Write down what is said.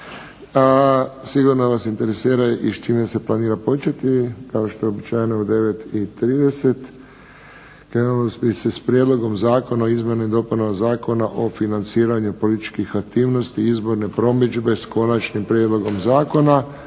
sigurno vas interesira i s čime se planira početi. Kao što je uobičajeno u 9,30 krenulo bi se s Prijedlogom zakona o izmjenama i dopunama Zakona o financiranju političkih aktivnosti i izborne promidžbe s konačnim prijedlogom zakona.